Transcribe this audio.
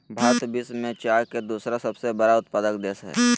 भारत विश्व में चाय के दूसरा सबसे बड़ा उत्पादक देश हइ